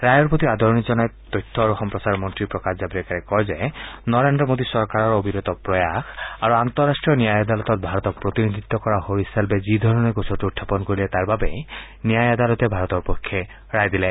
ৰায়ৰ প্ৰতি আদৰণি জনাই তথ্য আৰু সম্প্ৰচাৰ মন্ত্ৰী প্ৰকাশ জাভ্ৰেকাৰে কয় যে নৰেন্দ্ৰ মোদী চৰকাৰৰ অবিৰত প্ৰয়াস আৰু আন্তঃৰাষ্টীয় ন্যায় আদালতত ভাৰতক প্ৰতিনিধিত্ব কৰা হৰিশ চালভেই যিধৰণে গোচৰটো উখাপন কৰিলে তাৰ বাবেই ন্যায় আদালতে ভাৰতৰ পক্ষে ৰায় দিলে